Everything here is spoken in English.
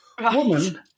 Woman